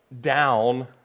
down